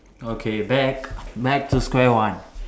okay back back to square one